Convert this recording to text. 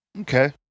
Okay